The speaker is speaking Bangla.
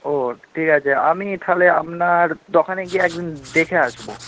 ও ঠিক আছে আমি তাহলে আপনার দোকানে গিয়ে একদিন দেখে আসব